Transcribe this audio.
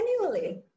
annually